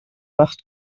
macht